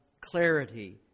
clarity